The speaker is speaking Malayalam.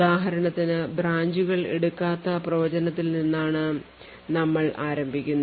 ഉദാഹരണത്തിന് ബ്രാഞ്ചുകൾ എടുക്കാത്ത പ്രവചനത്തിൽ നിന്നാണ് ഞങ്ങൾ ആരംഭിക്കുന്നു